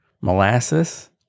molasses